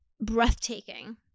breathtaking